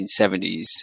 1970s